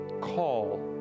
call